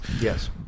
Yes